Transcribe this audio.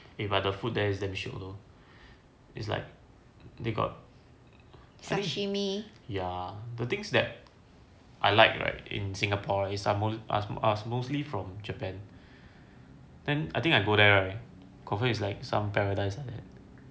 eh but the food there is damn shiok though it's like they got ya the things that I like right in singapore is ask me ask mostly from japan then I think I go there right confirm is like some paradise one